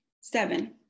Seven